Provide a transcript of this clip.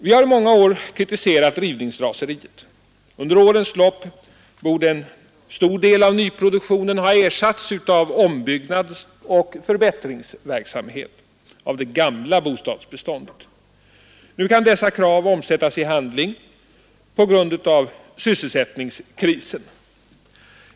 Vi har i många år kritiserat rivningsraseriet. Under årens lopp borde en stor del av nyproduktionen ha ersatts av ombyggnadsoch förbättringsverksamhet av det gamla bostadsbeståndet. Nu kan dessa krav omsättas i handling på grund av sysselsättningskrisen.